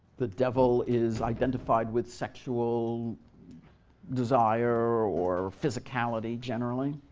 the devil is identified with sexual desire or physicality, generally.